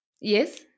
Yes